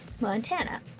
Montana